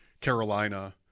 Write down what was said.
Carolina